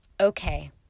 Okay